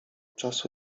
czasu